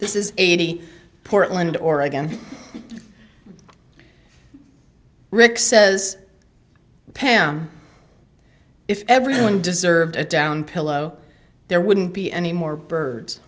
this is eighty portland oregon rick says pam if everyone deserved it down pillow there wouldn't be any more birds